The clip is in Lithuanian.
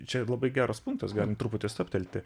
čia labai geras punktas galim truputį stabtelti